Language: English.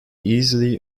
easily